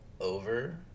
over